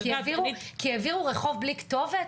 כי העבירו רחוב בלי כתובת?